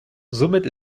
somit